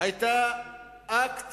היתה אקט